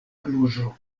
kluĵo